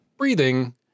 breathing